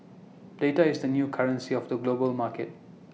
data is the new currency of the global market